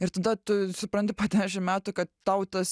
ir tada tu supranti po dešim metų kad tau tos